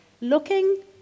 Looking